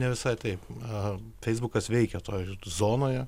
ne visai taip a feisbukas veikia toj zonoje